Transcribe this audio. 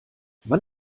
wann